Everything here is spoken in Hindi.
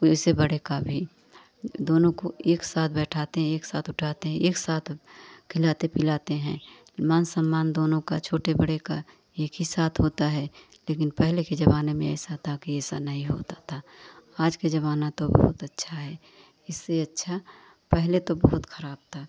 वैसे बड़े का भी दोनों को एक साथ बैठाते हैं एक साथ उठाते हैं एक साथ खिलाते पिलाते हैं मान सम्मान दोनों का छोटे बड़े का एक ही साथ होता है लेकिन पहले के ज़माने में ऐसा था कि ऐसा नहीं होता था आज के ज़माना तो बहुत अच्छा है इससे अच्छा पहले तो बहुत ख़राब था